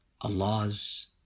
Allah's